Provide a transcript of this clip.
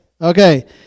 Okay